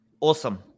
Awesome